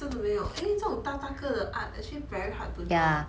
真的没有这种大大个的 art actually very hard to draw